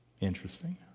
Interesting